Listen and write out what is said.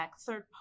third